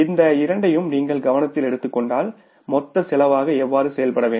இந்த இரண்டையும் நீங்கள் கவனத்தில் எடுத்துக் கொண்டால் மொத்த செலவாக எவ்வாறு செயல்பட வேண்டும்